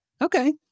Okay